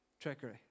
trickery